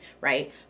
right